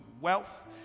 wealth